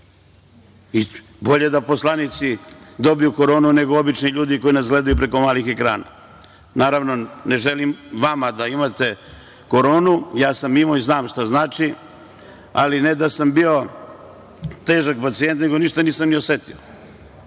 Bolje da poslanici dobiju koronu nego obični ljudi koji nas gledaju preko malih ekrana. Naravno, ne želim vama da imate koronu, ja sam je imao i znam šta znači, ali, nisam bio težak pacijent nego ništa nisam ni osetio. Dame